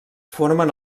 formen